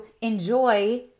enjoy